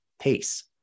pace